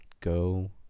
Go